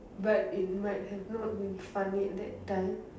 but it might have not been funny at that time